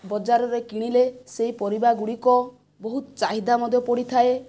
ବଜାରରେ କିଣିଲେ ସେହି ପରିବା ଗୁଡ଼ିକ ବହୁତ ଚାହିଦା ମଧ୍ୟ ପଡ଼ିଥାଏ